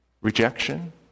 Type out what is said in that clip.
rejection